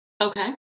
Okay